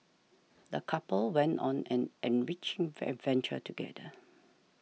the couple went on an enriching adventure together